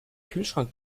kühlschrank